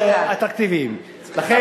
פחות אטרקטיביים, כנראה.